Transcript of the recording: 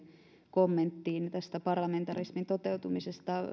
kommenttiin tästä parlamentarismin toteutumisesta